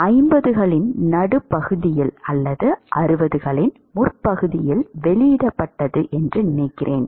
இது 50 களின் நடுப்பகுதியில் அல்லது 60 களின் முற்பகுதியில் வெளியிடப்பட்டது என்று நினைக்கிறேன்